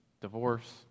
Divorce